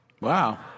Wow